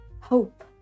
hope